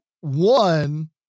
one